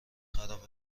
خراب